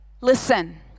listen